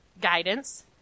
guidance